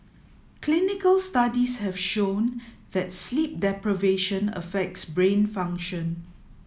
clinical studies have shown that sleep deprivation affects brain function